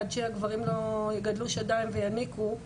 עד שהגברים לא יגדלו שדיים ויניקו,